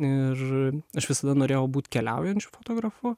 ir aš visada norėjau būti keliaujančiu fotofragu